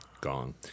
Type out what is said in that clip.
Gone